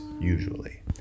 usually